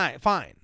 fine